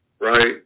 Right